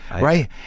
right